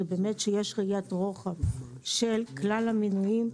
זה באמת שיש ראיית רוחב של כלל המינויים.